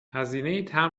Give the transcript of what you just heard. هزینه